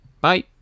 Bye